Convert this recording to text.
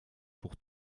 pour